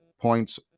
points